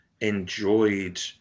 enjoyed